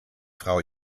frau